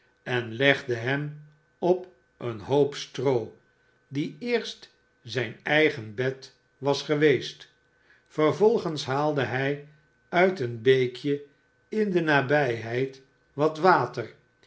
en legde hem op een hoop stroo die eerst zijn eigen bed was geweest vervolgens haalde hij uit een beekje in de nabijheid wat water